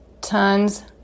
tons